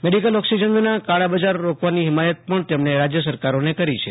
medical oxygen ના કાળાબજાર રોકવાની હિમાયત પણ તેમણે રાજ્ય સરકારો ને કરી છે